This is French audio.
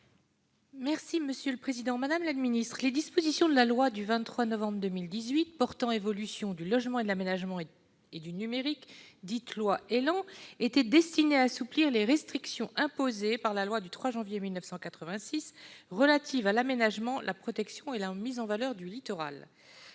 territoriales. Madame la ministre, les dispositions de la loi du 23 novembre 2018 portant évolution du logement, de l'aménagement et du numérique, dite loi ÉLAN, étaient destinées à assouplir les restrictions imposées par la loi du 3 janvier 1986 relative à l'aménagement, la protection et la mise en valeur du littoral.